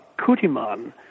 Kutiman